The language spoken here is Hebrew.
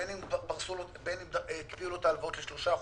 בין אם הקפיאו לו את ההלוואות לשלושה חודשים,